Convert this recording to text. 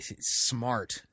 Smart